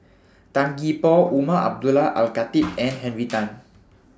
Tan Gee Paw Umar Abdullah Al Khatib and Henry Tan